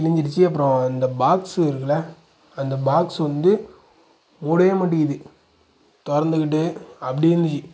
கிழிஞ்சிடுச்சு அப்பறம் அந்த பாக்ஸு இருக்குல அந்த பாக்ஸ் வந்து மூடவே மாட்டேங்கிது தொறந்துகிட்டு அப்டியே இருந்துச்சு